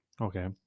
okay